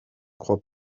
crois